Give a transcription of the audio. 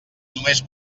només